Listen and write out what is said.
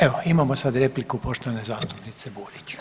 Evo imamo sad repliku poštovane zastupnice Burić.